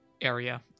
area